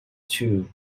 too